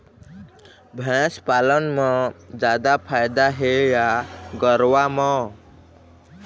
भैंस पालन म जादा फायदा हे या गरवा म?